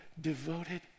devoted